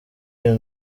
iyo